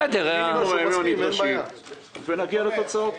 אנחנו צריכים להיפגש ולהגיע לתוצאות.